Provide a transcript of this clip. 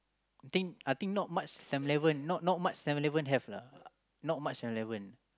think I think not much Seven-Eleven not not much Seven-Eleven have lah not much Seven-Eleven